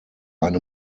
eine